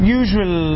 usual